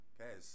Okay